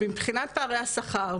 2018). מבחינת פערי השכר,